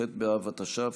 ח' באב התש"ף,